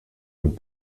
und